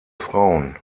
frauen